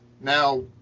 Now